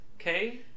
okay